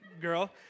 girl